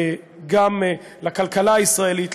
לכלכלה הישראלית,